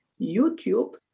YouTube